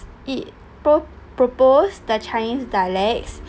it pro~ proposed the chinese dialects